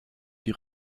die